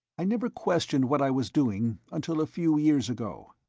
i never questioned what i was doing until a few years ago.